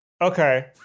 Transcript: Okay